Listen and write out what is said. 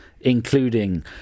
including